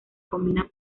combina